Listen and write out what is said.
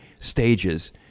stages